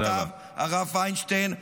כתב הרב פיינשטיין.